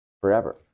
forever